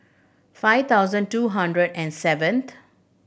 five thousand two hundred and seventh